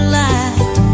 light